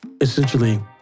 Essentially